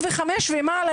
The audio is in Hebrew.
ומגיל 45 ומעלה,